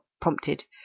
prompted